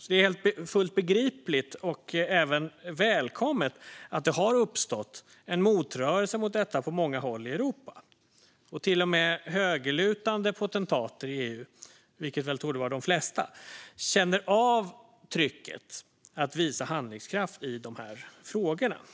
Det är alltså fullt begripligt och även välkommet att en motrörelse mot detta har uppstått på många håll i Europa. Till och med högerlutande potentater i EU - vilket torde vara de flesta - känner av trycket att visa handlingskraft i dessa frågor.